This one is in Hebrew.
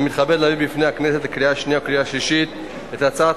אני מתכבד להביא בפני הכנסת לקריאה השנייה ולקריאה השלישית את הצעת